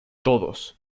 todos